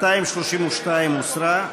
232 הוסרה.